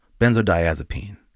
benzodiazepine